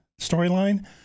storyline